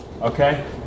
okay